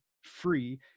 free